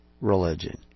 Religion